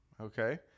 Okay